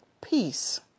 peace